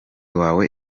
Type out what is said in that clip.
wawe